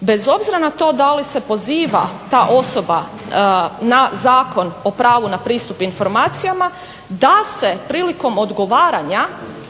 bez obzira na to da li se poziva ta osoba na Zakon o pravu na pristup informacijama da se prilikom odgovaranja